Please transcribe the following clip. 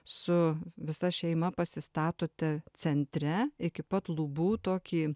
su visa šeima pasistatote centre iki pat lubų tokį